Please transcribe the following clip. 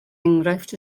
enghraifft